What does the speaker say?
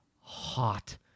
hot